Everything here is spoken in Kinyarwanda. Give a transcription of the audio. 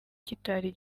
kitari